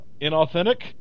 inauthentic